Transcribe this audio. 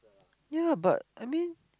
yea but I mean